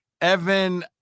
Evan